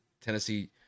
Tennessee